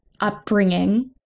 upbringing